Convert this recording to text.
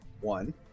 one